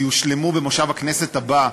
והם יושלמו במושב הכנסת הבא,